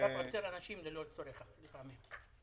--- כשאתה עוצר אנשים זה הרבה פעמים לא לפי צורך.